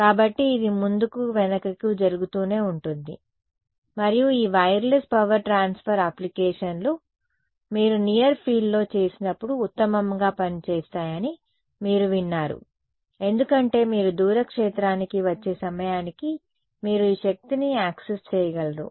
కాబట్టి ఇది ముందుకు వెనుకకు జరుగుతూనే ఉంటుంది మరియు ఈ వైర్లెస్ పవర్ ట్రాన్స్ఫర్ అప్లికేషన్లు మీరు నియర్ ఫీల్డ్లో చేసినప్పుడు ఉత్తమంగా పనిచేస్తాయని మీరు విన్నారు ఎందుకంటే మీరు దూర క్షేత్రానికి వచ్చే సమయానికి మీరు ఈ పవర్ ని యాక్సెస్ చేయగలరు